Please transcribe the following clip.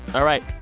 all right.